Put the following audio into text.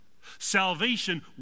Salvation